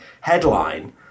headline